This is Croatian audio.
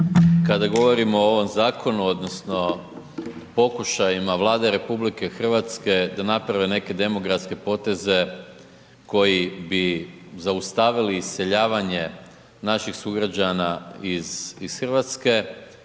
Kada govorimo o ovom zakonu odnosno pokušajima Vlade RH da naprave neke demografske poteze koji bi zaustavili iseljavanje naših sugrađana iz Hrvatske